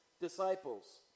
disciples